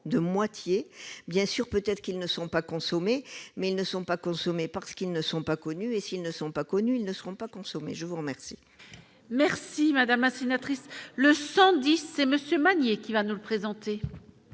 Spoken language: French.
de moitié, bien sûr, peut-être qu'ils ne sont pas consommés, mais ils ne sont pas consommés parce qu'ils ne sont pas connues et s'ils ne sont pas connus, ils ne seront pas consommés, je vous remercie. Merci madame sénatrice le 110 et monsieur Magnier, qui va nous le présenter.